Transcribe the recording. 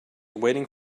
waiting